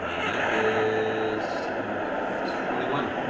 ah that is twenty one.